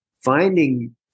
finding